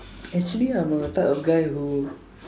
actually I'm a type of guy who